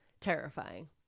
terrifying